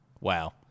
Wow